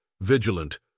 vigilant